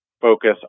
focus